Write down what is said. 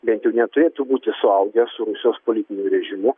bent jau neturėtų būti suaugę su rusijos politiniu režimu